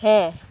ᱦᱮᱸ